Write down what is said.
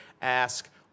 ask